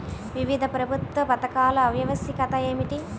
వివిధ ప్రభుత్వా పథకాల ఆవశ్యకత ఏమిటి?